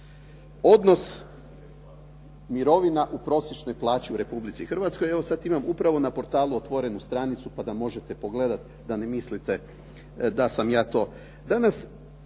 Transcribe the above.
Odnos mirovina u prosječnoj plaći u Republici Hrvatskoj, evo sada imam upravo na portalu otvorenu stranicu pa da možete pogledati da ne mislite da sam ja to. Danas,